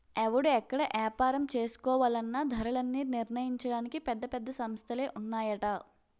ఎవడు ఎక్కడ ఏపారం చేసుకోవాలన్నా ధరలన్నీ నిర్ణయించడానికి పెద్ద పెద్ద సంస్థలే ఉన్నాయట